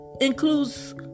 includes